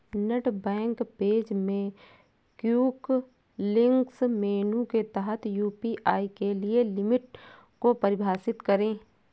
net bank page में quick links menu के तहत यू.पी.आई के लिए लिमिट को परिभाषित करें